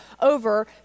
over